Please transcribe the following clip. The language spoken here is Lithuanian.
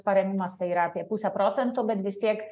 parėmimas tai yra apie pusę procento bet vis tiek